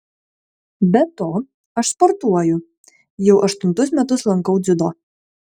be to aš sportuoju jau aštuntus metus lankau dziudo